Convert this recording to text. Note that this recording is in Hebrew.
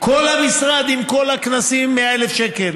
כל המשרד, עם כל הכנסים, 100,000 שקל.